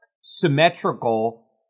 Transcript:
symmetrical